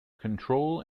control